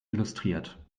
illustriert